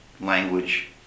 language